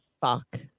Fuck